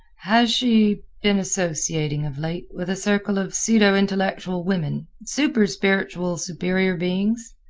has she been associating of late with a circle of pseudo-intellectual women super-spiritual superior beings?